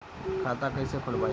खाता कईसे खोलबाइ?